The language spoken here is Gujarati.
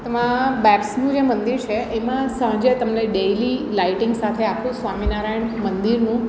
તેમાં બેપ્સનું જે મંદિર છે એમાં સાંજે તમને ડેઇલી લાઇટિંગ સાથે આખું સ્વામિનારાયણ મંદિરનું